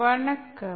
வணக்கம்